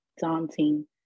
daunting